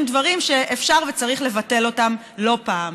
דברים שאפשר וצריך לבטל אותם לא פעם.